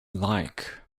like